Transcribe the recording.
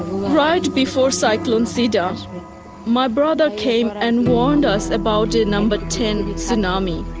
right before cyclone sidr, my brother came and warned us about a number ten tsunami.